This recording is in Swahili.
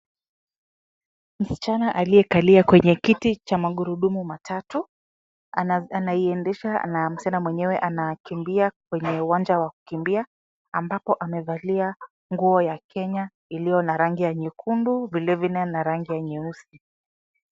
Msichana aliyekalia kiti cha magurudumu anaiendesha na mwenyewe anakimbia kwenye uwanja wa kukimbia ambapo amevalia nguo iliyo na rangi ya kenya vile vile na rangi ya nyeusi.